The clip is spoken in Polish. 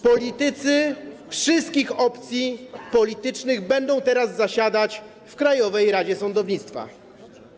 Politycy wszystkich opcji politycznych będą teraz zasiadać w Krajowej Radzie Sądownictwa”